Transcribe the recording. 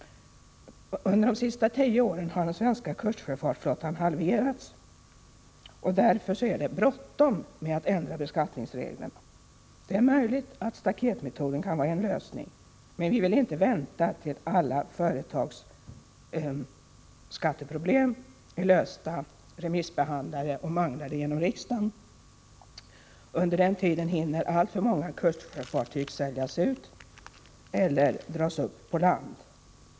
Under de senaste tio åren har den svenska kustsjöfartsflottan halverats. Därför är det bråttom med att ändra beskattningsreglerna. Det är möjligt att staketmetoden kan vara en lösning, men vi vill inte vänta tills alla företagsskatteproblem är lösta, remissbehandlade och manglade genom riksdagen. Under den tiden hinner alltför många kustsjöfartyg säljas ut eller dras upp på land.